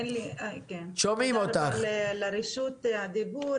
תודה על רשות הדיבור,